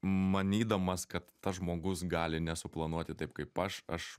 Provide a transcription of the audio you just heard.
manydamas kad tas žmogus gali nesuplanuoti taip kaip aš aš